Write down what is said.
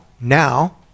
now